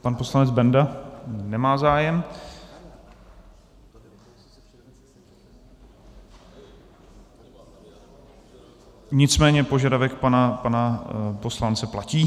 Pan poslanec Benda nemá zájem, nicméně požadavek pana poslance platí.